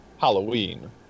Halloween